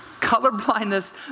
Colorblindness